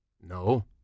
No